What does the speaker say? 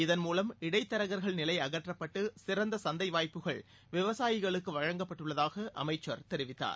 இதன் மூலம் இடைத்தரகர்கள் நிலை அகற்றப்பட்டு சிறந்த சந்தை வாய்ப்புகள் விவசாயிகளுக்கு வழங்கப்பட்டுள்ளதாக அமைச்சர் தெரிவித்தார்